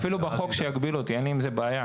אפילו בחוק שיגביל אותי, אין לי עם זה בעיה.